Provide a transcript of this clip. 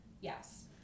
Yes